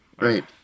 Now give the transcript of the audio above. Right